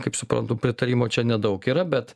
kaip suprantu pritarimo čia nedaug yra bet